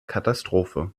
katastrophe